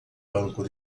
banco